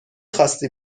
خاستی